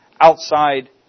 outside